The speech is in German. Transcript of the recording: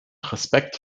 respekt